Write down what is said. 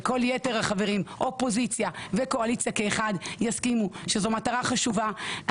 וכל יתר החברים אופוזיציה וקואליציה כאחד יסכימו שזו מטרה חשובה.